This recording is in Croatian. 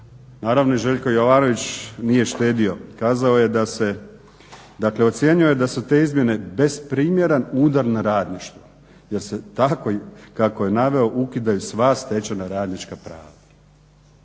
Naravno i Željko Jovanović nije štedio, kazao je da se "Ocjenjuje da su te izmjene besprimjeran udar na radništvo" da se tako kako je naveo ukidaju sva stečena radnička prava.